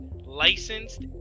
licensed